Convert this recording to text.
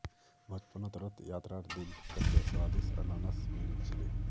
बचपनत रथ यात्रार दिन कत्ते स्वदिष्ट अनन्नास मिल छिले